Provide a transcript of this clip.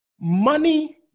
money